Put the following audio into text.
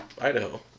Idaho